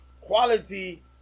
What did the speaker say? Quality